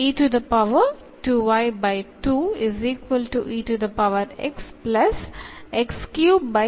അതിനാൽ വേരിയബിൾസിനെ സെപ്പറേറ്റ് ചെയ്യുന്നതിലൂടെ ലഭിച്ചിരിക്കുന്ന ഇംപ്ലീസിറ്റ് സൊലൂഷൻ ആണ് ഇത്